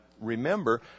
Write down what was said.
remember